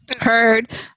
Heard